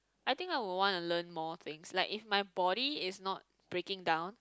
I think I will wanna learn more things like if my body is not breaking down